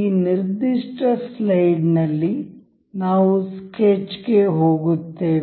ಈ ನಿರ್ದಿಷ್ಟ ಸ್ಲೈಡ್ನಲ್ಲಿ ನಾವು ಸ್ಕೆಚ್ಗೆ ಹೋಗುತ್ತೇವೆ